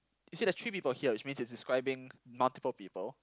you see there's three people here which means it's describing multiple people